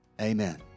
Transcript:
Amen